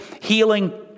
healing